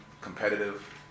competitive